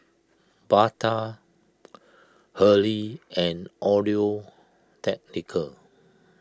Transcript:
Bata Hurley and Audio Technica